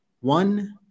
one